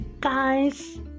guys